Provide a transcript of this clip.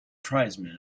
tribesmen